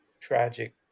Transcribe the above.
tragic